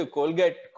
Colgate